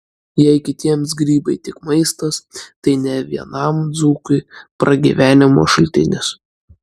jei kitiems grybai tik maistas tai ne vienam dzūkui pragyvenimo šaltinis